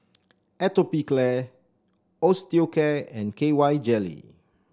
Atopiclair Osteocare and K Y Jelly